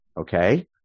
okay